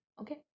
okay